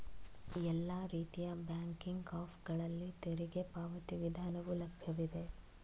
ಎಲ್ಲಾ ರೀತಿಯ banking app ಗಳಲ್ಲಿ ತೆರಿಗೆ ಪಾವತಿ ವಿಧಾನವು ಲಭ್ಯವಿದೆ